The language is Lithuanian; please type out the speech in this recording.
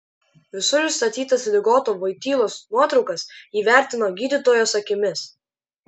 visur išstatytas ligoto voitylos nuotraukas ji vertino gydytojos akimis